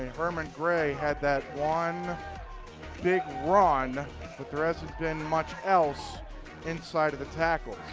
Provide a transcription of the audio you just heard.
herman gray had that one big run but there hasn't been much else inside of the tackles.